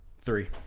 Three